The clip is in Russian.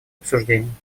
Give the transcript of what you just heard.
обсуждений